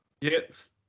Yes